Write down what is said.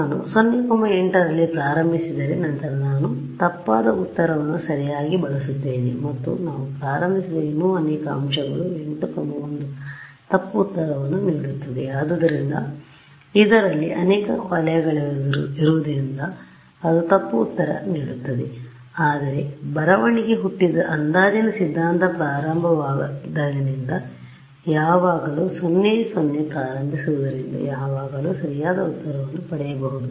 ನಾನು 0 8 ರಲ್ಲಿ ಪ್ರಾರಂಭಿಸಿದರೆ ನಂತರ ನಾನು ತಪ್ಪಾದ ಉತ್ತರವನ್ನು ಸರಿಯಾಗಿ ಬಳಸುತ್ತೇನೆ ಮತ್ತು ನಾವು ಪ್ರಾರಂಭಿಸಿದ ಇನ್ನೂ ಅನೇಕ ಅಂಶಗಳು 8 1 ಸಹ ತಪ್ಪು ಉತ್ತರವನ್ನು ನೀಡುತ್ತದೆ ಆದ್ದರಿಂದ ಇದರಲ್ಲಿ ಅನೇಕ ವಲಯಗಳಿರುವುದರಿಂದ ಅದು ತಪ್ಪು ಉತ್ತರಕ್ಕೆನೀಡುತ್ತದೆ ಆದರೆ ಬರವಣಿಗೆ ಹುಟ್ಟಿದ ಅಂದಾಜಿನ ಸಿದ್ಧಾಂತ ಪ್ರಾರಂಭವಾದಾಗಿನಿಂದ ಯಾವಾಗಲೂ 0 0 ಪ್ರಾರಂಭಿಸುದರಿಂದ ಯಾವಾಗಲೂ ಸರಿಯಾದ ಉತ್ತರವನ್ನು ಪಡೆಯಬಹುದು